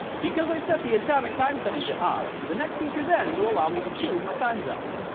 because i set the atomic time setting to on, the next feature then will allow me to choose my time zone.